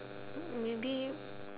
maybe